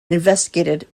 investigated